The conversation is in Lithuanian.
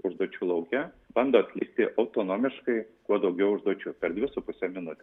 užduočių lauke bando atlikti autonomiškai kuo daugiau užduočių per dvi su puse minutės